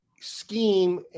scheme